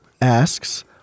asks